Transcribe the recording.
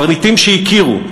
קברניטים שהכירו,